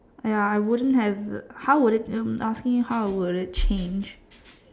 !aiay! I wouldn't have how would it I was asking how would it change